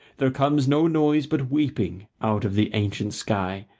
there comes no noise but weeping out of the ancient sky,